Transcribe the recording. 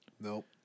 Nope